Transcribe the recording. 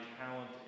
talent